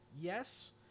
Yes